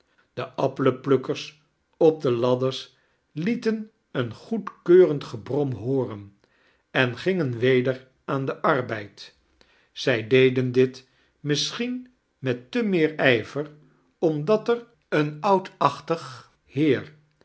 de appelenplukkers op de ladders lieten een goedkeurend gebrom hooren en gingen weder aan den arbeid zij deden dit misschien met t meer ijver omdat er een oudachtig beer